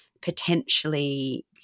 potentially